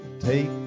Take